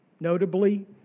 notably